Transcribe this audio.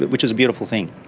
which is a beautiful thing.